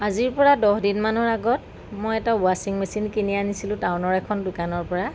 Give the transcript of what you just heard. আজিৰপৰা দহ দিনমানৰ আগত মই এটা ৱাচিং মেচিন কিনি আনিছিলোঁ টাউনৰ এখন দোকানৰ পৰা